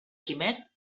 quimet